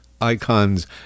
icons